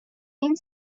این